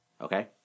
Okay